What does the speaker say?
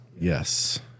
Yes